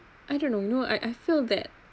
I don't know know I I feel that